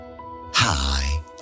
Hi